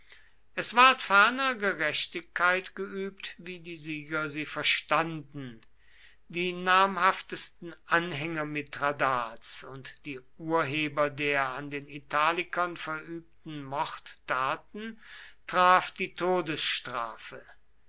es ward ferner gerechtigkeit geübt wie die sieger sie verstanden die namhaftesten anhänger mithradats und die urheber der an den italikern verübten mordtaten traf die todesstrafe